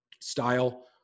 style